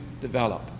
develop